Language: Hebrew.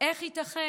איך ייתכן,